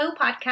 podcast